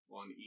on